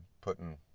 putting